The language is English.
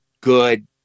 good